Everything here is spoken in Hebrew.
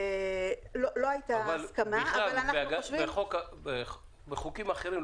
לא הייתה הסכמה --- אבל בחוקים אחרים,